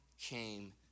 came